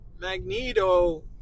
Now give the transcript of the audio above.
Magneto